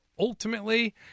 ultimately